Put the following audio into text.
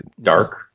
dark